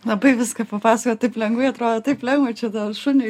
labai viską papasakojot taip lengvai atrodo taip lengva čia dar šuniui